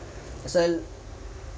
pasal